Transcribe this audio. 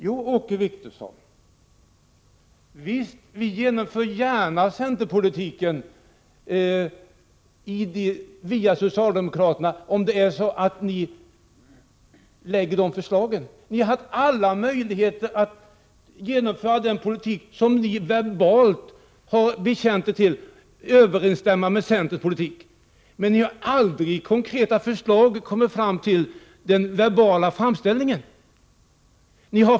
Jo, Åke Wictorsson, visst genomför vi gärna centerns politik med hjälp av socialdemokraterna om ni lägger fram sådana förslag. Ni har alla möjligheter att få den politik som ni verbalt har bekänt er till att överensstämma med centerns politik. Men ni kommer aldrig med konkreta förslag som överensstämmer med era verbala framställningar.